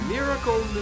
Miracle